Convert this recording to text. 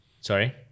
Sorry